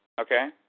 Okay